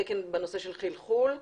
התקן בנושא של חלחול.